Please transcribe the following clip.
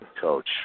coach